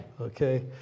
Okay